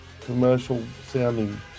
commercial-sounding